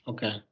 Okay